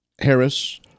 Harris